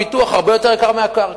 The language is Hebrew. הפיתוח הרבה יותר יקר מהקרקע.